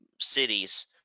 cities